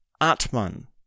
Atman